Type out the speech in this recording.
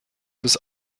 bis